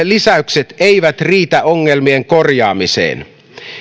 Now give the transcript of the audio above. lisäykset eivät riitä ongelmien korjaamiseen